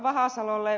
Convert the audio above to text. vahasalolle